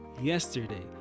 yesterday